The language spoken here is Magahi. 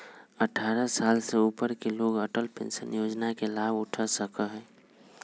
अट्ठारह साल से ऊपर के लोग अटल पेंशन योजना के लाभ उठा सका हई